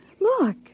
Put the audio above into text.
Look